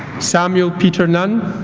samuel peter nunn